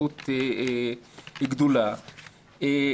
התפתחות גדולה,